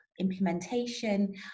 implementation